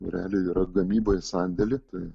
realiai yra gamyba į sandėlį tai